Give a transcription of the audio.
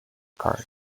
card